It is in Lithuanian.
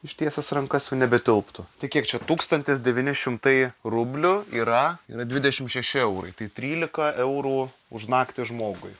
ištiesęs rankas jau nebetilptų tai kiek čia tūkstantis devyni šimtai rublių yra yra dvidešimt šeši eurai tai trylika eurų už naktį žmogui